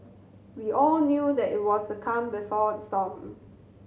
we all knew that it was the calm before the storm